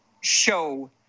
show